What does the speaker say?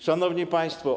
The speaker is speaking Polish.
Szanowni Państwo!